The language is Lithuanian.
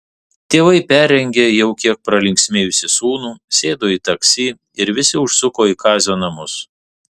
tėvai perrengė jau kiek pralinksmėjusį sūnų sėdo į taksi ir visi užsuko į kazio namus